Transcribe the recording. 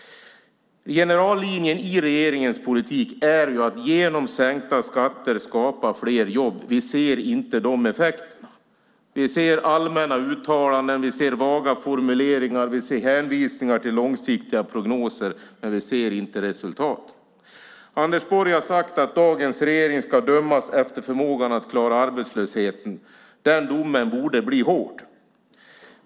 Generallinjen i regeringens politik är ju att genom sänkta skatter skapa fler jobb. Vi ser inte de effekterna. Vi ser allmänna uttalanden. Vi ser vaga formuleringar. Vi ser hänvisningar till långsiktiga prognoser. Men vi ser inte resultat. Anders Borg har sagt att dagens regering ska dömas efter förmågan att klara arbetslösheten. Den domen borde bli hård.